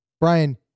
Brian